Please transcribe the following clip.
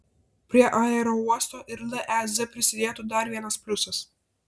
prie aerouosto ir lez prisidėtų dar vienas pliusas